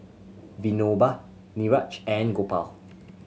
Vinoba Niraj and Gopal